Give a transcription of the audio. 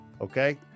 okay